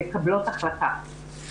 חלק מהמשתתפות, אווה ואושרה מכירות אותנו.